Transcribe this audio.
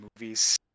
movies